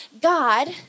God